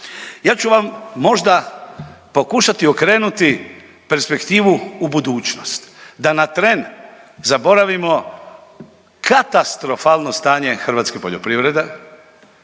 Ja ću vam možda pokušati okrenuti perspektivu u budućnost, da na tren zaboravimo katastrofalne stanje hrvatske poljoprivrede,